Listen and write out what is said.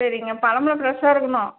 சரிங்க பழமெல்லாம் ஃப்ரெஷ்ஷாக இருக்கணும்